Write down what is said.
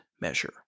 measure